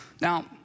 Now